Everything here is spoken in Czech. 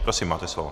Prosím, máte slovo.